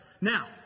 Now